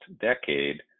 decade